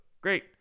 Great